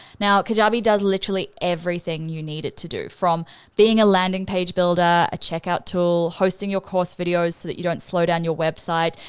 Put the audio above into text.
now, kajabi does literally everything you need it to do, from being a landing page builder, a checkout tool, hosting your course videos so that you don't slow down your website.